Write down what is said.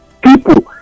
people